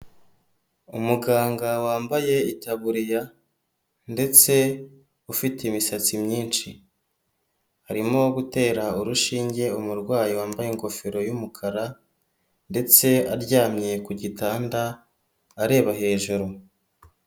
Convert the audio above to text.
Umuganga wambaye itaburiya ndetse ufite imisatsi myinshi, arimo gutera urushinge umurwayi wambaye ingofero y'umukara ndetse aryamye ku gitanda areba hejuru.